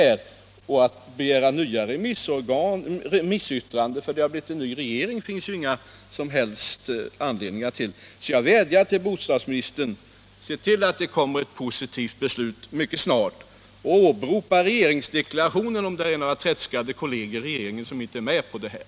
Det finns ingen som helst anledning att begära nya remissyttranden för att det har kommit en ny regering. Jag vädjar till bostadsministern: Se till att det kommer ett positivt beslut mycket snart och åberopa regeringsdeklarationen om några tredskande kolleger i regeringen inte är med på detta!